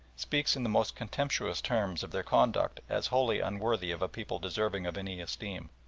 speaks in the most contemptuous terms of their conduct as wholly unworthy of a people deserving of any esteem.